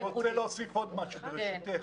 אני רוצה להוסיף עוד משהו, ברשותך.